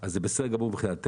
אז זה בסדר גמור מבחינתנו.